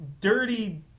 dirty